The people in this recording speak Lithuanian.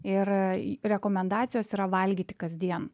ir rekomendacijos yra valgyti kasdien